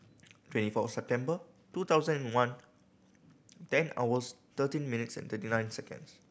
twenty four September two thousand and one ten hours thirteen minutes and thirty nine seconds